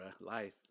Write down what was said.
Life